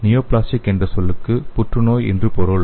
neoplastic என்ற சொல்லுக்கு புற்றுநோய் என்று பொருள்